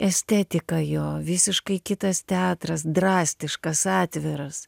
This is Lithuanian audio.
estetika jo visiškai kitas teatras drastiškas atviras